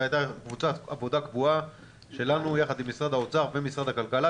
הייתה קבוצת עבודה קבועה שלנו יחד עם משרד האוצר ומשרד הכלכלה,